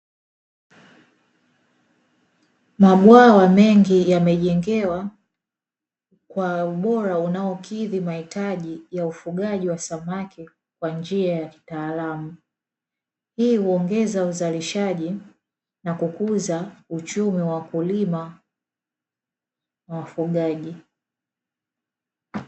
Mabwawa mengi yamejengewa kwa ubora unaokidhi mahitaji ya ufugaji wa samaki kwa njia ya kitaalamu, hii huongeza uzalishaji na kukuza uchumi wa kulima wafugaji.